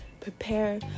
Prepare